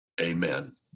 Amen